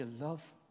love